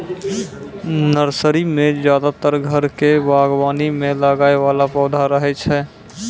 nursery मॅ ज्यादातर घर के बागवानी मॅ लगाय वाला पौधा रहै छै